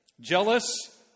Jealous